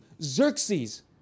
Xerxes